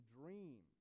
dream